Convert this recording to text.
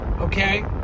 Okay